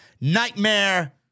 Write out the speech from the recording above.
Nightmare